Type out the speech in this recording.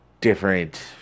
different